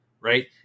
Right